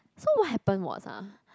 so what happen was ah